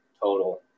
total